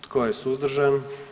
Tko je suzdržan?